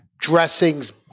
dressings